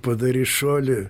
padarys šuolį